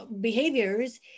behaviors